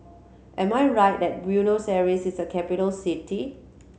am I right that Buenos Aires is a capital city